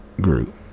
group